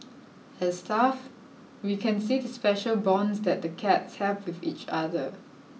as staff we can see the special bonds that the cats have with each other